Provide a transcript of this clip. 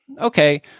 okay